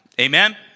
amen